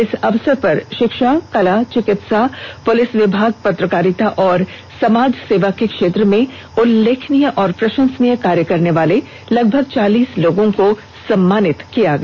इस अवसर पर शिक्षा कला चिकित्सा प्रलिस विभाग पत्रकारिता और समाज सेवा के क्षेत्र में उल्लेखनीय और प्रशंसनीय कार्य करने वाले लगभग चालीस लोगों को सम्मानित किया गया